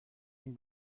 این